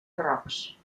barrocs